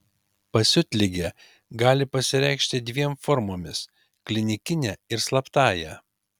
pasiutligė gali pasireikšti dviem formomis klinikine ir slaptąja